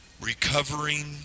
Recovering